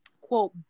quote